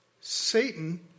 Satan